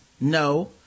no